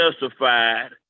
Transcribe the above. justified